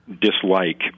dislike